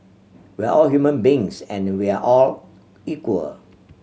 we're all human beings and we all are equal